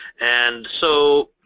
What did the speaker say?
and so